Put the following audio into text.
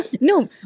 No